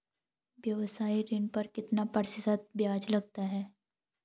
व्यावसायिक ऋण पर कितना प्रतिशत ब्याज लगता है?